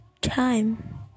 time